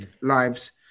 lives